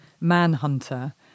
Manhunter